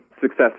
success